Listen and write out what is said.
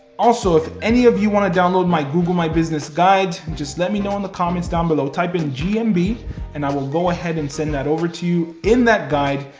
also, if any of you wanna download my google my business guide, just let me know in the comments down below, type in gmb, and i will go ahead and send that over to you. in that guide,